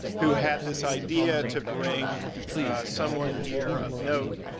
who had this idea to bring someone here of note,